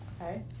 Okay